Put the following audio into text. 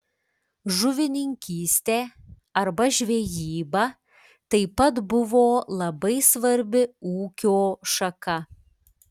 žuvininkystė arba žvejyba taip pat buvo labai svarbi ūkio šaka